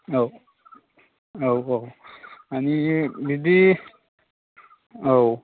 औ औ ओ माने बिदि औ